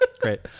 Great